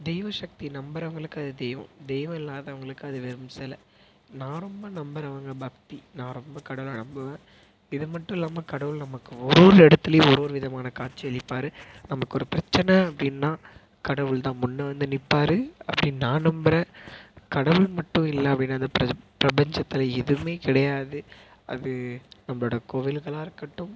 தெய்வ சக்தி நம்புகிறவங்களுக்கு அது தெய்வம் தெய்வம் இல்லாதவங்களுக்கு அது வெறும் சில நான் ரொம்ப நம்புகிறவங்க பக்தி நான் ரொம்ப கடவுளை நம்புவேன் இது மட்டும் இல்லாமல் கடவுள் நமக்கு ஒரு ஒரு இடத்துலையும் ஒரு ஒரு விதமான காட்சி அளிப்பார் நமக்கொரு பிரச்சனை அப்படின்னா கடவுள் தான் முன்னே வந்து நிப்பார் அப்படின்னு நான் நம்புகிறேன் கடவுள் மட்டும் இல்லை அப்படின்னா இந்த பிர பிரபஞ்சத்தில் எதுவுமே கிடையாது அது நம்மளோட கோவில்களாக இருக்கட்டும்